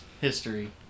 history